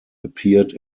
appeared